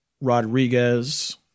Rodriguez